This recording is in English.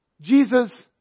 Jesus